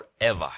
forever